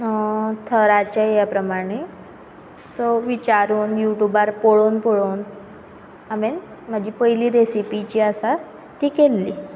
थराचे हे प्रमाणे सो विचारून यूट्यूबार पळोवन पळोवन हांवें म्हजी पयली रेसीपी जी आसा ती केल्ली